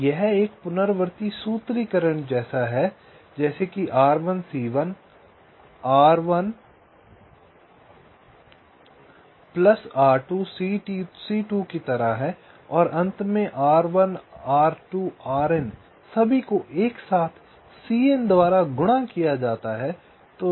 तो यह एक पुनरावर्ती सूत्रीकरण जैसा है जैसे कि R1 C1 R1 plus R2 C2 की तरह है और अंत में R1 R2 RN सभी को एक साथ CN द्वारा गुणा किया जाता है